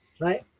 Right